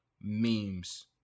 memes